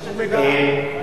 רק שתדע,